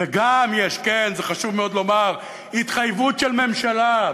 וגם יש, כן, חשוב מאוד לומר, התחייבות של ממשלה.